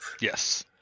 Yes